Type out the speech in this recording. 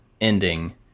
ending